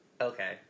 Okay